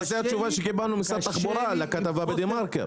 זאת התשובה שקיבלנו ממשרד התחבורה על הכתבה בדה-מארקר.